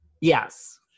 Yes